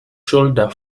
shoulder